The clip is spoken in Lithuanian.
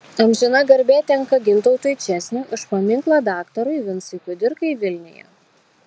amžina garbė tenka gintautui česniui už paminklą daktarui vincui kudirkai vilniuje